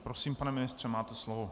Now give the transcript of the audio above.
Prosím, pane ministře, máte slovo.